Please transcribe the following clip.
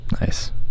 Nice